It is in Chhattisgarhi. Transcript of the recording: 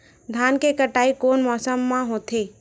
धान के कटाई कोन मौसम मा होथे?